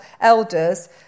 elders